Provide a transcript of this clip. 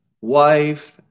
wife